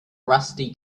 rusty